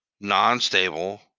non-stable